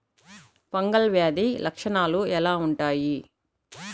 Fungal వ్యాధి లక్షనాలు ఎలా వుంటాయి?